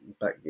back